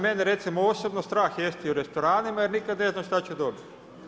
Mene je recimo osobno strah jesti u restoranima, jer nikad ne znam što ću dobiti.